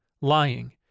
lying